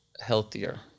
healthier